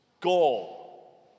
goal